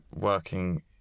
working